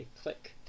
click